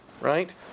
right